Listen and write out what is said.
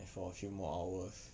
for a few more hours